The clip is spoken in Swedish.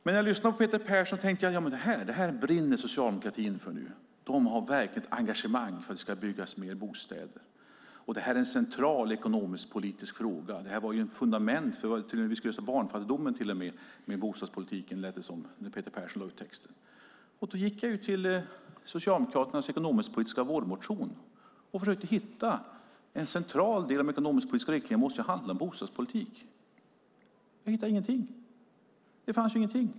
När jag lyssnade på Peter Persson tänkte jag att det här brinner Socialdemokraterna för nu. De har ett verkligt engagemang för att det ska byggas mer bostäder, och det här är en central ekonomiskpolitisk fråga. Bostadspolitiken var till och med ett fundament för hur vi skulle lösa barnfattigdomen, lät det som när Peter Persson lade ut texten. Då gick jag till Socialdemokraternas ekonomisk-politiska vårmotion och försökte hitta att en central del av de ekonomisk-politiska riktlinjerna måste handla om bostadspolitik, men jag hittade ingenting. Det fanns ingenting.